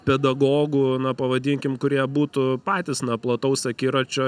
pedagogų na pavadinkim kurie būtų patys na plataus akiračio